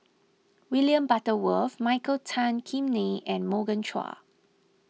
William Butterworth Michael Tan Kim Nei and Morgan Chua